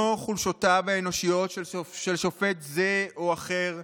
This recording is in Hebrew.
'חולשותיו' האנושיות של שופט זה או אחר,